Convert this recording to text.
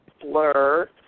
blur